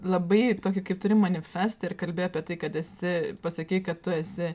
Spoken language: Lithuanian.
labai tokį kaip turi manifestą ir kalbi apie tai kad esi pasakei kad tu esi